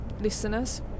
listeners